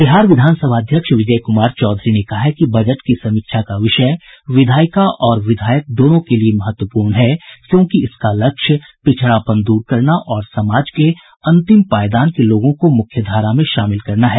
बिहार विधान सभा अध्यक्ष विजय कुमार चौधरी ने कहा है कि बजट की समीक्षा का विषय विधायिका और विधायक दोनों के लिये महत्वपूर्ण है क्योंकि इसका लक्ष्य पिछड़ापन दूर करना और समाज के अंतिम पायदान के लोगों को मुख्यधारा में शामिल करना है